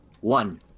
One